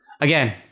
again